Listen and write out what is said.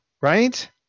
right